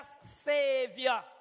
Savior